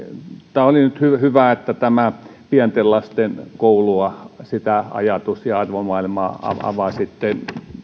tämä oli nyt hyvä että tätä pienten lasten koulua ja sitä ajatus ja arvomaailmaa avasitte siinä on